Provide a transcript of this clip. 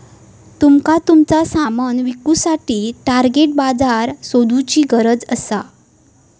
तुमका तुमचा सामान विकुसाठी टार्गेट बाजार शोधुची गरज असा